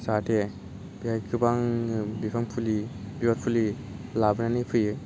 जाहाथे बेहाय गोबांनो बिफां फुलि बिबार फुलि लाबोनानै होफैयो